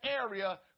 area